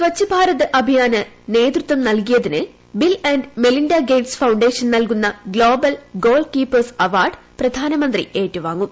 സ്വച്ഛഭാരത് അഭിയാന് നേതൃത്വം നല്കിയതിന് Bill and Melinda Gates Foundation നല്കുന്ന ഗ്ലോബൽ ഗോൾകീപ്പേഴ്സ് അവാർഡ് പ്രധാനമന്ത്രി ഏറ്റുവാങ്ങും